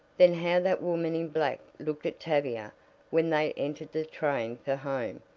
then how that woman in black looked at tavia when they entered the train for home!